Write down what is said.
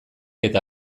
eta